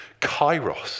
kairos